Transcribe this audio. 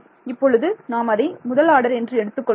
இப்பொழுது நாம் அதை முதல் ஆர்டர் என்று எடுத்துக் கொள்வோம்